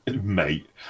mate